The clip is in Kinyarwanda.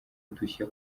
udushya